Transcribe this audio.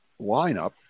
lineup